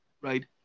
Right